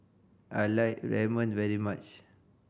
I like Ramen very much